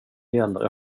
gäller